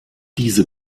diese